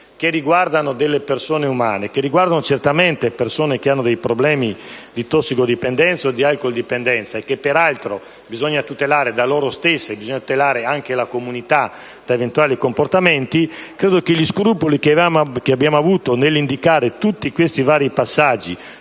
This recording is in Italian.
che riguardano delle persone, che hanno certamente dei problemi di tossicodipendenza o di alcoldipendenza e che, peraltro, bisogna tutelare da loro stesse, come bisogna tutelare anche la comunità da eventuali loro comportamenti, credo che gli scrupoli che abbiamo avuto nell'indicare tutti questi passaggi